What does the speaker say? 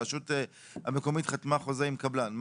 הרשות המקומית חתמה חוזה עם קבלן.